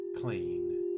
clean